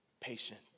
patient